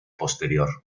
posterior